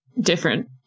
different